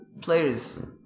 players